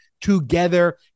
together